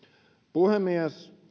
puhemies